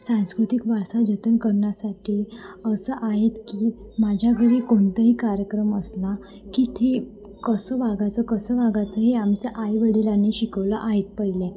सांस्कृतिक वारसा जतन करण्यासाठी असं आहेत की माझ्या घरी कोणतंही कार्यक्रम असला की तिथे कसं वागायचं कसं वागायचं हे आमच्या आई वडिलांनी शिकवलं आहेत पहिले